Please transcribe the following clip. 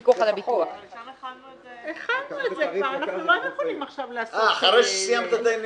אכן יכול לחול עליהם כי הם יכולים לתת משכנתאות.